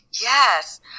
Yes